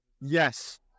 Yes